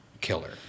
killer